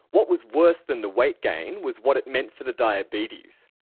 what was worse than the weight gain was what it meant for the diabetes.